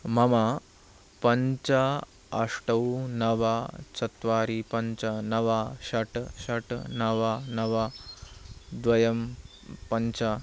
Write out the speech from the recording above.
मम पञ्च अष्टौ नव चत्वारि पञ्च नव षट् षट् नव नव द्वयं पञ्च